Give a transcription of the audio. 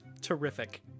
terrific